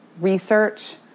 research